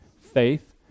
faith